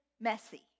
messy